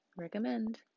recommend